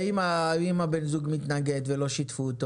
ואם בן הזוג מתנגד ולא שיתפו אותו?